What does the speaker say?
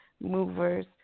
movers